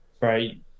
Right